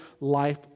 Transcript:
life